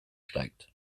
steigt